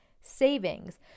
savings